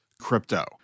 crypto